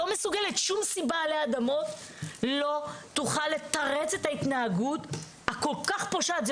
שום סיבה עלי אדמות לא תוכל לתרץ את ההתנהגות הכל כך פושעת.